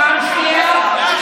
פעם שנייה.